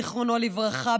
זיכרונו לברכה,